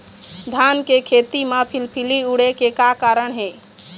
धान के खेती म फिलफिली उड़े के का कारण हे?